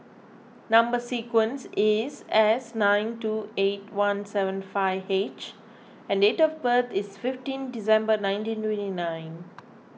Number Sequence is S nine two eight one seven five H and date of birth is fifteen December nineteen twenty nine